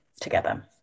together